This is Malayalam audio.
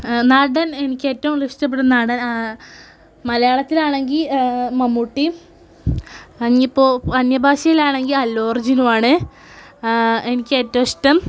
നടൻ എനിക്കേറ്റവും കൂടുതലിഷ്ടപ്പെടുന്ന നടൻ മലയാളത്തിലാണെങ്കിൽ മമ്മൂട്ടിയും ഇനിയിപ്പോൾ അന്യഭാഷയിലാണെങ്കിൽ അല്ലൂ അർജ്ജുനുമാണ് എനിക്കേറ്റവും ഇഷ്ടം